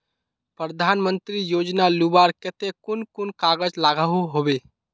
प्रधानमंत्री योजना लुबार केते कुन कुन कागज लागोहो होबे?